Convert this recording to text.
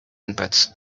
inputs